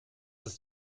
ist